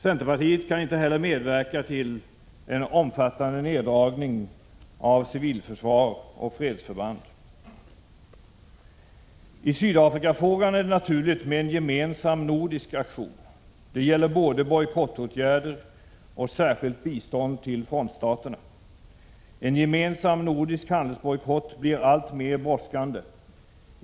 Centerpartiet kan inte heller medverka till en omfattande neddragning av civilförsvar och fredsförband. I Sydafrikafrågan är det naturligt med en gemensam nordisk aktion. Det gäller både bojkottåtgärder och särskilt bistånd till frontstaterna. En gemensam nordisk handelsbojkott blir alltmer brådskande.